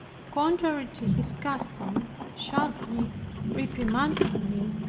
contrary to his custom, sharply reprimanded me,